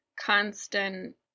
constant